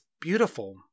beautiful